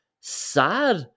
sad